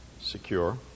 secure